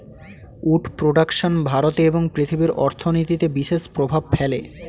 would production ভারতে এবং পৃথিবীর অর্থনীতিতে বিশেষ প্রভাব ফেলে